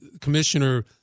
commissioner